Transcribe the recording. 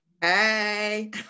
Hey